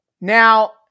Now